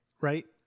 Right